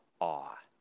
awe